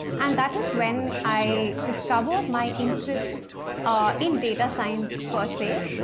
and that is when i discovered my interest ah in data science per se,